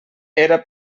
era